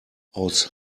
aus